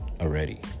already